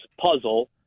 puzzle